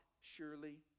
surely